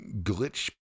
glitch